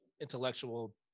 intellectual